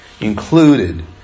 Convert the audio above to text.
included